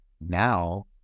Now